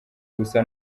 gusa